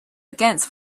against